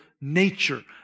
nature